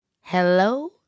Hello